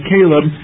Caleb